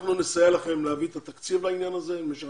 אנחנו נסייע לכם להביא את התקציב לעניין הזה למשך